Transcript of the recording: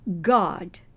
God